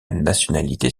nationalité